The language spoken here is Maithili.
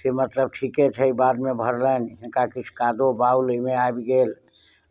से मतलब ठीके छै बादमे भरलनि हुनका किछु कादो बाउल ओहिमे आबि गेल